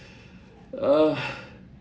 uh